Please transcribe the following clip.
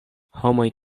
homoj